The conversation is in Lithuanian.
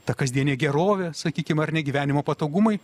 ta kasdienė gerovė sakykim ar ne gyvenimo patogumai